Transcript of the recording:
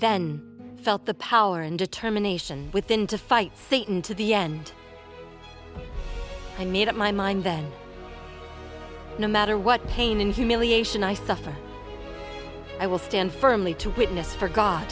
then felt the power and determination within to fight satan to the end and made up my mind that no matter what pain and humiliation i suffered i will stand firmly to witness for god